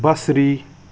بصری